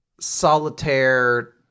solitaire